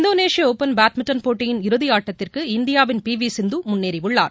Indonesia open badminton போட்டியின் இறதி ஆட்டத்திற்கு இந்தியாவின் பி வி சிந்து முன்னேறியுள்ளார்